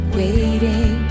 waiting